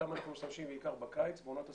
אתם אנחנו משתמשים בעיקר בקיץ, בעונת השריפות,